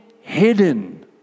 hidden